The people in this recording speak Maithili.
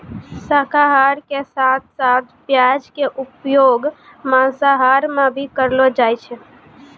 शाकाहार के साथं साथं प्याज के उपयोग मांसाहार मॅ भी करलो जाय छै